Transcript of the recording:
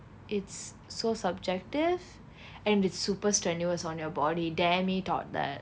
it's so subjective and it's super strenuous on your body thought that